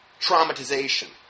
traumatization